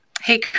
Hey